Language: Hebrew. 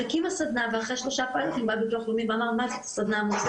והקימה סדנא ואחרי שלושה פיילוטים בא ביטוח לאומי ואמר נאמץ אותה.